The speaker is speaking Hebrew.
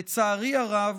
לצערי הרב,